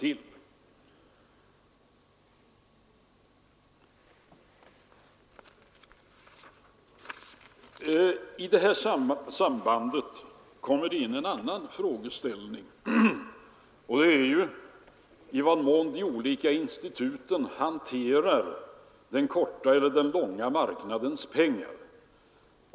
I detta sammanhang kommer det in en annan frågeställning, och det är i vad mån de olika instituten hanterar den korta eller den långa marknadens pengar.